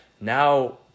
now